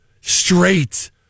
straight